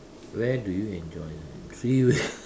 where do you enjoy them three way